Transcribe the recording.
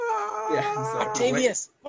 Octavius